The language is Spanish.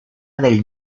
del